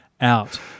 out